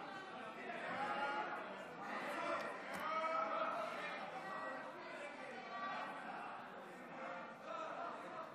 הצעת הוועדה לביטחון הפנים בדבר פיצול הצעת חוק לתיקון